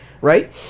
right